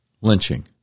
lynching